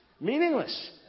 Meaningless